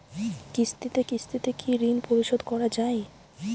কিস্তিতে কিস্তিতে কি ঋণ পরিশোধ করা য়ায়?